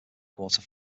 quarter